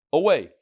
away